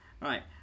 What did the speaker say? right